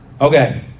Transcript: Okay